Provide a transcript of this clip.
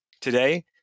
today